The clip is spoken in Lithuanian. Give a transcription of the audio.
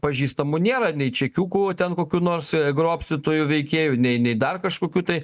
pažįstamų nėra nei čekiukų ten kokių nors grobstytojų veikėjų nei nei dar kažkokių tai